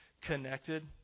connected